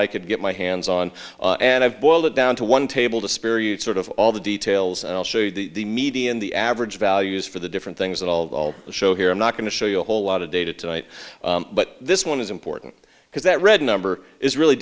i could get my hands on and i've boiled it down to one table to spare you sort of all the details and i'll show you the media and the average values for the different things and all of all the show here i'm not going to show you a whole lot of data tonight but this one is important because that red number is really